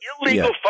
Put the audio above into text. illegal